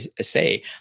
say